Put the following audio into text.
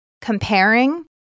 comparing